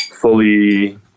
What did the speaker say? fully